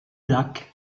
lac